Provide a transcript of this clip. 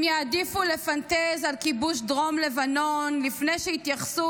הם יעדיפו לפנטז על כיבוש דרום לבנון לפני שיתייחסו